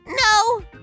No